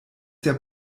der